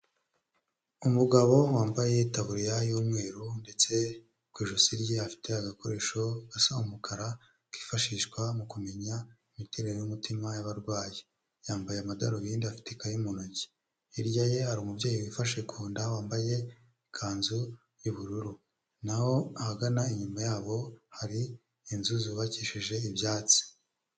Umugabo wambaye Itaburiya y'umweru ndetse ku ijosi rye afite agakoresho gasa umukara kifashishwa mu kumenya imiterere yumutima y'abarwayi, yambaye amadarubindi afite ikayi mu ntoki, hirya ye hari umubyeyi wifashe ku nda wambaye ikanzu y'ubururu, naho ahagana inyuma yabo hari inzu zubakishije ibyatsi.